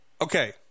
okay